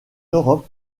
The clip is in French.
europe